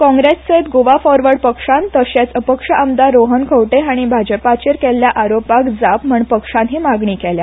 कॉग्रेससयत गोवा फॉरवर्ड पक्षान तशेंच अपक्ष आमदार रोहन खंवटे हाणी भाजपाचेर केल्या आरोपाक जाप म्हण पक्षान ही मांगणी केल्या